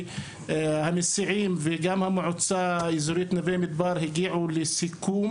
שהמסיעים והמועצה האזורית נווה מדבר הצליחו להגיע לסיכום